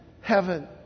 heaven